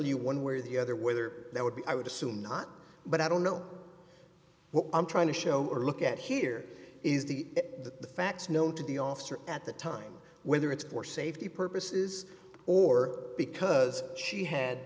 you one way or the other whether there would be i would assume not but i don't know what i'm trying to show or look at here is the facts known to the officer at the time whether it's for safety purposes or because she had